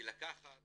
כי לקחת